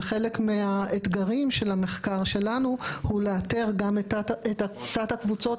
וחלק מהאתגרים של המחקר שלנו הוא לאתר גם את תת הקבוצות.